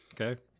Okay